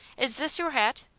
is this your hat?